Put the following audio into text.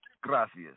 Gracias